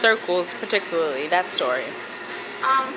circles particularly that story